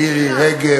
מירי רגב,